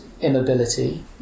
immobility